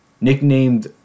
nicknamed